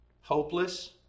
hopeless